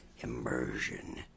immersion